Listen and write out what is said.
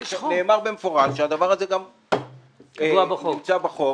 עכשיו נאמר במפורש שהדבר הזה גם נמצא בחוק.